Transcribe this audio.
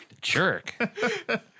Jerk